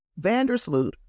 Vandersloot